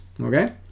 Okay